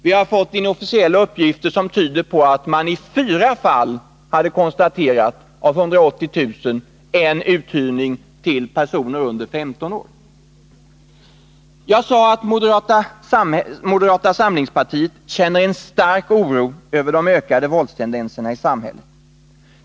Vi har fått inofficiella uppgifter som tyder på att man i 4 fall av 180 000 hade konstaterat att uthyrning förekommit till personer under 15 år. Jag sade att moderata samlingspartiet känner stark oro för de ökade våldstendenserna i samhället.